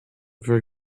for